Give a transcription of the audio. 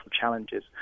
challenges